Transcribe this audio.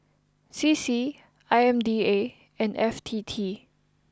C C I M D A and F T T